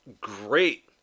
great